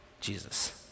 Jesus